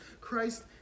Christ